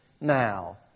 now